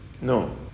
No